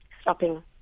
stopping